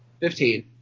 Fifteen